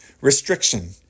restriction